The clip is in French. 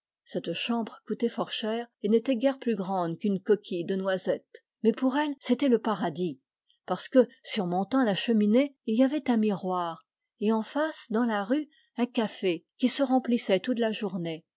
cette chambre coûtait fort cher et n'était guère plus grande qu'une coquille de noisette mais pour elle c'était le paradis parce que surmontant la cheminée il y avait un miroir et en face dans la rue un café qui se remplissait toute la journée